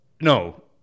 No